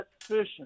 fishing